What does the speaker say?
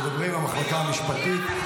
תדברי עם המחלקה המשפטית.